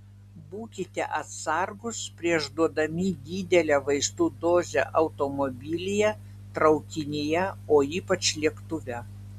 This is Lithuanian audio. būkite atsargūs prieš duodami didelę vaistų dozę automobilyje traukinyje o ypač lėktuve